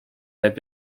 have